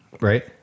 right